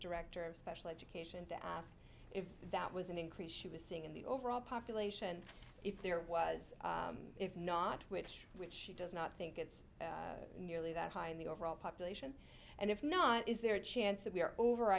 director of special education to ask if that was an increase she was seeing in the overall population if there was if not which which she does not think it's nearly that high in the overall population and if not is there a chance that we are over